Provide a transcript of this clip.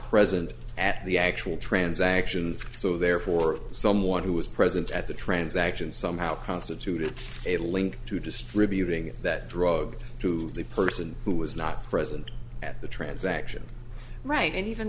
present at the actual transactions so therefore someone who was present at the transaction somehow constituted a link to distributing that drug through the person who was not present at the transaction right and even